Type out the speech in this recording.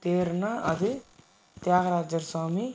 தேருனால் அது தியாகராஜர் சுவாமி